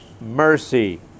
mercy